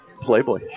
Playboy